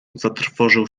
zatrwożył